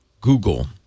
Google